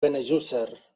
benejússer